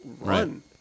run